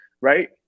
right